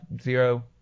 zero